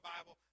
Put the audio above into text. Bible